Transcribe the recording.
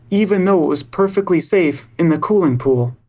even though it was perfectly safe in the cooling pool.